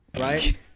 Right